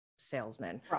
salesman